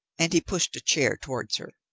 and he pushed a chair towards her.